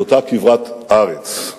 על אותה כברת ארץ.